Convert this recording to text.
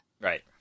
Right